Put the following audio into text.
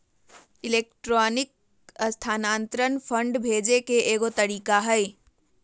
electronic स्थानान्तरण fund भेजे के एगो तरीका हइ